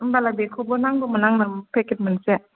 होनबालाय बेखौबो नांगौमोन आंनो पेकेट मोनसे